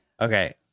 Okay